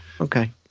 Okay